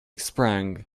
sprang